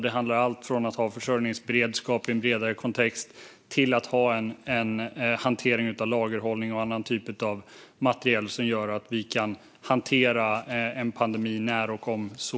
Det handlar om allt från att ha försörjningsberedskap i en bredare kontext till att ha lagerhållning av utrustning och annan materiel som gör att vi kan hantera en pandemi om och när den kommer.